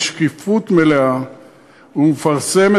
בשקיפות מלאה ומפרסמת,